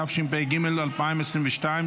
התשפ"ג 2022,